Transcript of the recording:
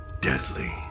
deadly